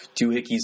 doohickeys